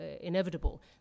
inevitable